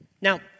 Now